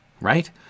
right